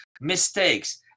mistakes